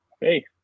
Hey